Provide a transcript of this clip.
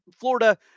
Florida